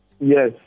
Yes